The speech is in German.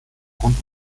grund